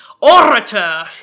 orator